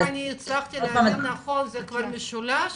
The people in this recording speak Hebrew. אם הבנתי נכון זה כבר משולש